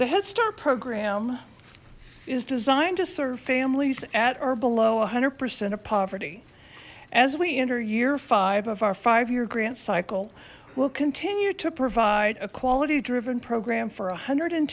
the head start program is designed to serve families at or below a hundred percent of poverty as we enter year five of our five year grant cycle will continue to provide a quality driven program for a hundred and